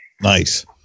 Nice